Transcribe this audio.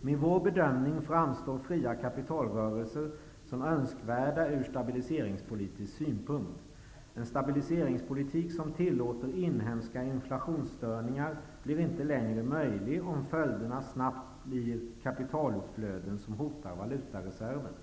''Med vår bedömning framstår fria kapitalrörelser som önskvärda ur stabiliseringspolitisk synpunkt. En stabiliseringspolitik som tillåter inhemska inflationsstörningar blir inte längre möjlig om följderna snabbt blir kapitalutflöden som hotar valutareserven.